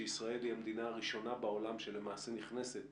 שישראל היא המדינה הראשונה בעולם שלמעשה נכנסת